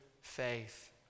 faith